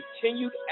continued